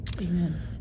Amen